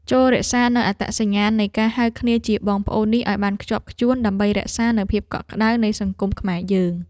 ចូររក្សានូវអត្តសញ្ញាណនៃការហៅគ្នាជាបងប្អូននេះឱ្យបានខ្ជាប់ខ្ជួនដើម្បីរក្សានូវភាពកក់ក្តៅនៃសង្គមខ្មែរយើង។